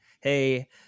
hey